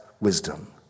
wisdom